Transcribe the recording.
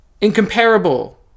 Incomparable